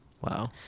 wow